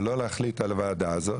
שלא להחליט על הוועדה הזאת,